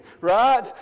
Right